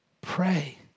pray